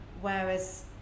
Whereas